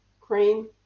cream